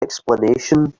explanation